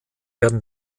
werden